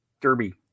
derby